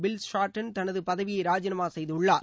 bill Shorten தனது பதவியை ராஜினாமா செய்துள்ளார்